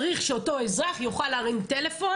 צריך שאותו אזרח יוכל להרים טלפון.